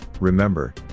remember